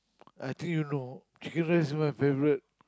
I think you know chicken rice is my favourite